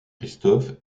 christophe